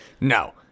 No